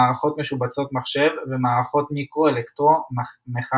מערכות משובצות מחשב ומערכות מיקרו אלקטרו-מכניות.